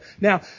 Now